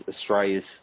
Australia's